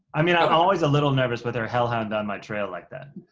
i mean, i'm always a little nervous with her hellhound on my trail like that.